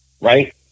right